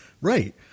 Right